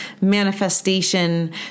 manifestation